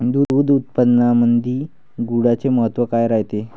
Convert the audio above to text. दूध उत्पादनामंदी गुळाचे महत्व काय रायते?